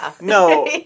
No